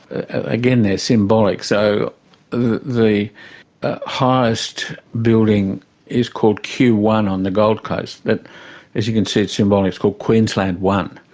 again, they're symbolic, so the the ah highest building is called q one on the gold coast as you can see, it's symbolic, called queensland one.